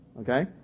Okay